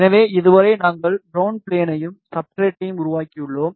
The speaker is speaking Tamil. எனவே இதுவரை நாங்கள் கரவுணட் ஃப்ளேனையும் சப்ஸ்ட்ரட்டையும் உருவாக்கியுள்ளோம்